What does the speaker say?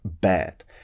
bad